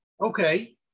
Okay